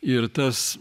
ir tas